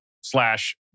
slash